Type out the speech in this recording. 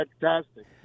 fantastic